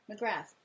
McGrath